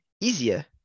easier